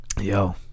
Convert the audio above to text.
Yo